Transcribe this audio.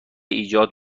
ایجاد